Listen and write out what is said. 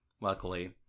luckily